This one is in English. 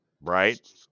Right